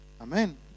Amen